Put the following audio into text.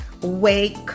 Wake